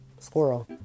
Squirrel